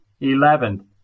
Eleventh